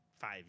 five